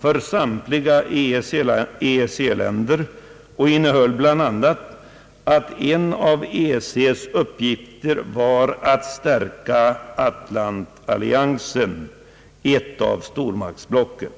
för samtliga EEC-länder och innehöll bl.a. att en av EEC:s uppgifter var att stärka Atlantalliansen — ett av stormaktsblocken.